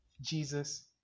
Jesus